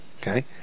okay